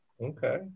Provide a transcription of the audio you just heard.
Okay